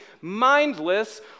mindless